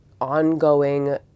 ongoing